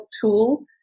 tool